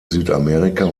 südamerika